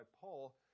Paul